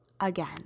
again